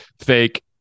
fake